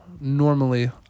normally